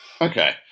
Okay